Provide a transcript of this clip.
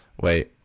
Wait